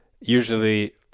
Usually